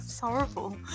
horrible